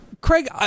Craig